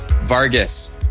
Vargas